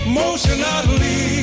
Emotionally